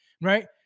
right